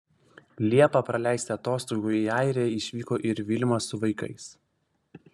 liepą praleisti atostogų į airiją išvyko ir vilma su vaikais